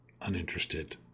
uninterested